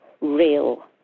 real